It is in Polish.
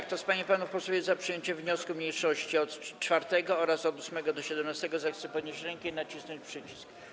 Kto z pań i panów posłów jest za przyjęciem wniosków mniejszości 4. oraz od 8. do 17., zechce podnieść rękę i nacisnąć przycisk.